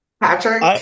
Patrick